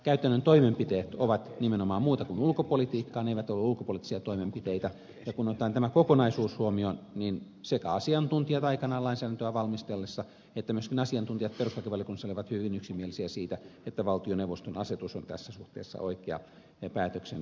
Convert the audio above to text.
käytännön toimenpiteet ovat nimenomaan muuta kuin ulkopolitiikkaa ne eivät ole ulkopoliittisia toimenpiteitä ja kun otetaan tämä kokonaisuus huomioon niin sekä asiantuntijat aikanaan lainsäädäntöä valmistellessaan että myöskin asiantuntijat perustuslakivaliokunnassa olivat hyvin yksimielisiä siitä että valtioneuvoston asetus on tässä suhteessa oikea päätöksentekotapa